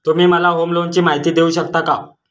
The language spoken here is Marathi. तुम्ही मला होम लोनची माहिती देऊ शकता का?